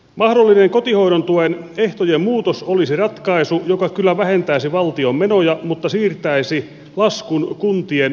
mahdollinen kotihoidon tuen ehtojen muutos olisi ratkaisu joka kyllä vähentäisi valtion menoja mutta siirtäisi laskun kuntien maksettavaksi